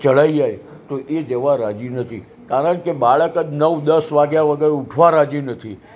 ચઢાવી આવ તો એ જવા રાજી નથી કારણકે બાળક જ નવ દસ વાગ્યાં વગર ઉઠવાં રાજી નથી